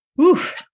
Oof